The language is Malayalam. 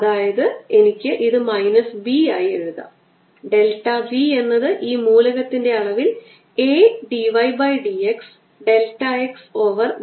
അതിനാൽ എനിക്ക് ഇത് മൈനസ് B ആയി എഴുതാം ഡെൽറ്റ v എന്നത് ഈ മൂലകത്തിന്റെ അളവിൽ A d y by d x delta x over volume A dy ആണ്